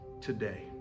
today